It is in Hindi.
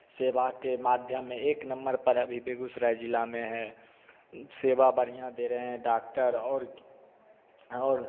सेवा के माध्यम में एक नंबर पर अभी बेगूसराय जिला में है सेवा बढ़िया दे रहे हैं डाक्टर और और